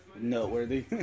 noteworthy